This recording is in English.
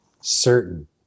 certain